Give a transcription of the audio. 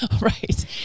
Right